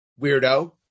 Weirdo